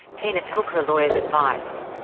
tina took her lawyer's advice.